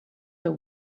the